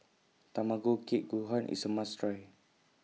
Tamago Kake Gohan IS A must Try